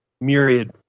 myriad